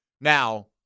Now